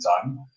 time